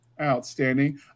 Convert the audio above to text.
outstanding